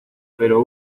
pero